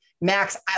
max